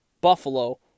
Buffalo